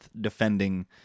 defending